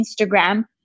Instagram